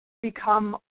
become